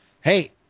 Hey